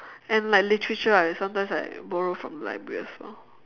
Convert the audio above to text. and like literature I sometimes I borrow from library as well